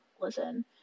Listen